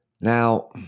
now